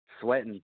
sweating